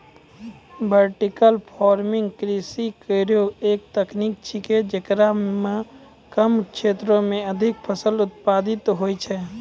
vertical farming कृषि केरो एक तकनीक छिकै, जेकरा म कम क्षेत्रो में अधिक फसल उत्पादित होय छै